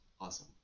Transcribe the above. awesome